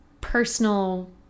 personal